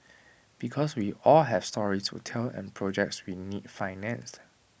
because we all have stories to tell and projects we need financed